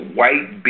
white